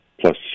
plus